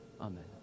Amen